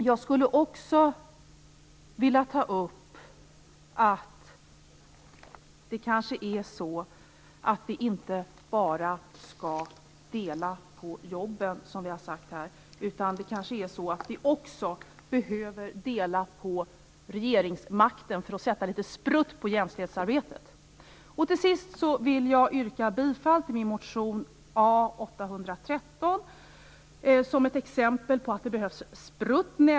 Jag skulle också vilja ta upp att vi kanske inte bara skall dela på jobben, som vi har sagt här. Vi behöver kanske också dela på regeringsmakten för att sätta litet sprutt på jämställdhetsarbetet. Till sist vill jag yrka bifall till min motion A813 som ett exempel på att det behövs sprutt.